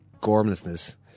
gormlessness